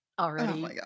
Already